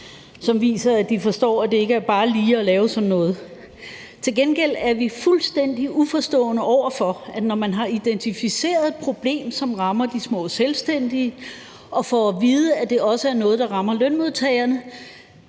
viser, at de forstår, at det ikke er bare lige at lave sådan noget. Til gengæld er vi fuldstændig uforstående over for, at regeringen, når man har identificeret et problem, som rammer de små selvstændige, og får at vide, at det også er noget, der rammer lønmodtagerne,